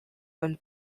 when